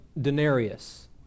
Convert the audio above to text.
denarius